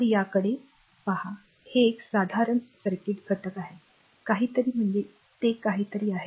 तर याकडे पहा हे एक साधारण circuitसर्किट घटक आहे काहीतरी म्हणजे ते काहीतरी आहे